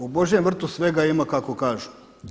U božjem vrtu svega ima kako kažu.